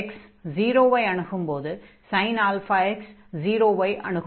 x 0 ஐ அணுகும்போது sin αx 0 ஐ அணுகும்